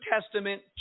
Testament